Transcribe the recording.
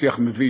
שיח מביש,